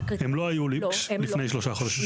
הם לא היו לפני שלושה חודשים.